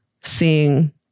seeing